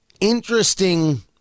interesting